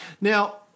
Now